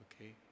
Okay